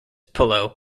pullo